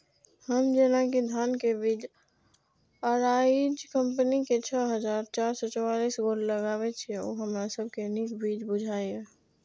हम जेना कि धान के बीज अराइज कम्पनी के छः हजार चार सौ चव्वालीस गोल्ड लगाबे छीय उ हमरा सब के नीक बीज बुझाय इय?